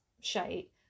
shite